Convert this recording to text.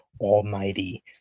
Almighty